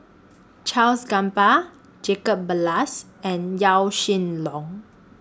Charles Gamba Jacob Ballas and Yaw Shin Leong